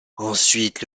ensuite